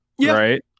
right